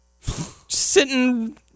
Sitting